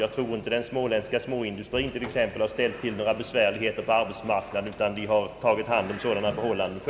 Jag tror exempelvis inte att den småländska småindustrin har ställt till några besvärligheter på arbetsmarknaden, utan den har själv tagit hand om sådana problem.